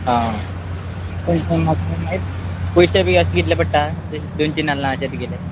आं पयश पूण पयशे बी अशे कितले पडटा एक दोन तीन नाल्ला अशे तुगेले